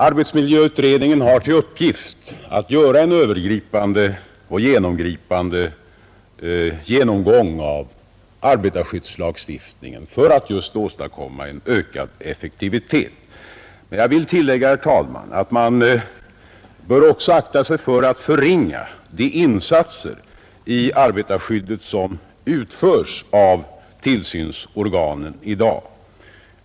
Arbetsmiljöutredningen har till uppgift att göra en övergripande och noggrann genomgång av arbetarskyddslagstiftningen för att just åstadkomma ökad effektivitet. Jag vill dock tillägga, herr talman, att man samtidigt bör akta sig för att förringa de insatser i arbetarskyddet som utförs av tillsynsorganen i dag.